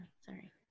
Sorry